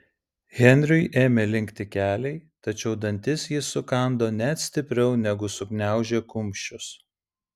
henriui ėmė linkti keliai tačiau dantis jis sukando net stipriau negu sugniaužė kumščius